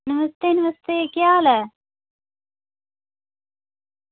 नमस्ते नमस्ते केह् हाल ऐ